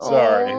Sorry